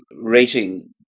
rating